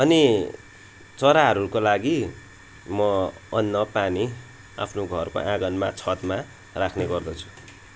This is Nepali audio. अनि चराहरूको लागि म अन्न पानी आफ्नो घरको आँगनमा छतमा राख्ने गर्दछु